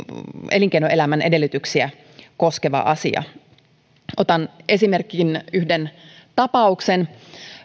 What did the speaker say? elinkeinoelämän edellytyksiä koskeva asia otan esimerkin yhden tapauksen